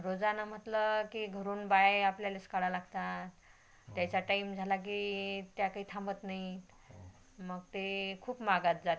रोजानं म्हटलं की घरुन बायाही आपल्यालाच काढावं लागतात त्याचा टाईम झाला की त्या काही थांबत नाही मग ते खूप महागात जाते